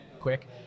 quick